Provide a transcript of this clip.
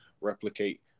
replicate